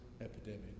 epidemic